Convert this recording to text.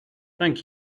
thank